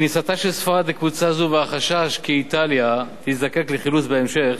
כניסתה של ספרד לקבוצה זו והחשש כי איטליה תזדקק לחילוץ בהמשך